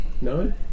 No